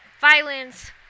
violence